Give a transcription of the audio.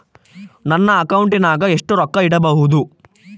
ನನ್ನ ಅಕೌಂಟಿನಾಗ ಎಷ್ಟು ರೊಕ್ಕ ಇಡಬಹುದು?